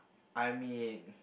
I mean